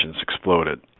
exploded